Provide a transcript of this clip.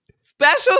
special